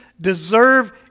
deserve